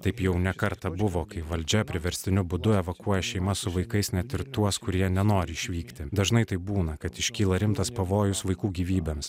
taip jau ne kartą buvo kai valdžia priverstiniu būdu evakuoja šeimas su vaikais net ir tuos kurie nenori išvykti dažnai taip būna kad iškyla rimtas pavojus vaikų gyvybėms